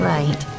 Right